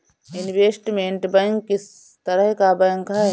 Investment bank किस तरह का बैंक है?